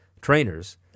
trainers